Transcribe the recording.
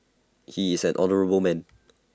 he is an honourable man